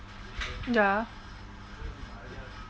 ya